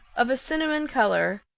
of a cinnamon color,